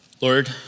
Lord